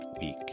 week